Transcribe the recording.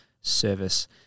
service